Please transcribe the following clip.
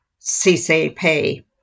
CCP